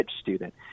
student